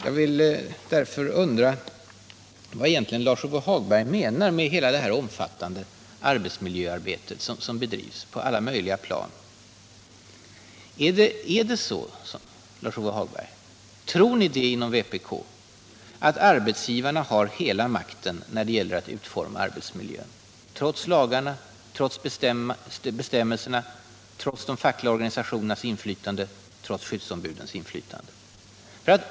Jag undrar vad Lars-Ove Hagberg egentligen har för uppfattning om hela det omfattande arbetsmiljöarbete som bedrivs på alla möjliga plan. Tror ni inom vpk att arbetsgivarna har hela makten när det gäller att utforma arbetsmiljön — trots lagar, bestämmelser och de fackliga organisationernas och skyddsombudens inflytande?